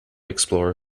explorer